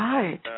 Right